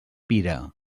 pira